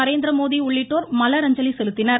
நரேந்திரமோடி உள்ளிட்டோர் மலரஞ்சலி செலுத்தினர்